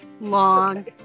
Long